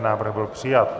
Návrh byl přijat.